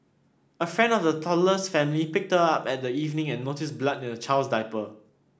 a friend of the toddler's family picked her up at that evening and noticed blood in the child's diaper